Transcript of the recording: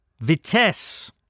Vitesse